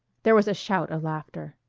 there was a shout of laughter.